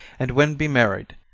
and when be married.